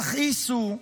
יכעיסו,